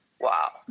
Wow